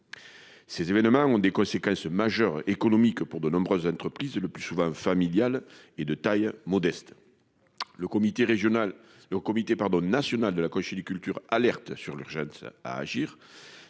Ces événements ont des conséquences majeures. Économiques pour de nombreuses entreprises le plus souvent familiales et de taille modeste. Le comité régional et au comité pardon national de la conchyliculture alerte sur l'urgence à agir.